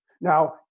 Now